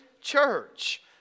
church